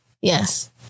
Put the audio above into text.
Yes